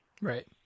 Right